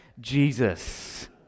Jesus